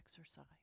exercise